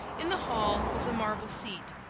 in the hall was a marble seat,